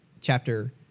chapter